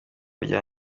rya